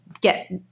get